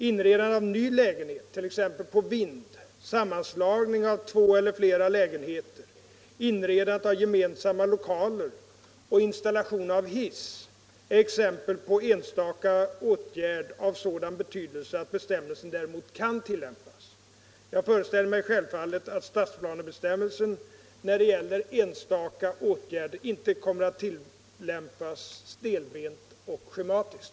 Inredande av ny lägenhet, t.ex. på vind, sammanslagning av två eller flera lägenheter, inredande av gemensamma lokaler och installation av hiss är exempel på enstaka åtgärd av sådan betydelse att bestämmelsen däremot kan tillämpas. Jag föreställer mig självfallet att stadsplanebestämmelsen när det gäller enstaka åtgärder inte kommer att tillämpas stelbent och schematiskt.